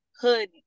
hood